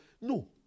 No